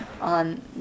on